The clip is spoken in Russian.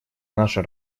наша